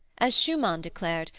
as schumann declared,